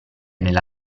nella